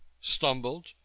stumbled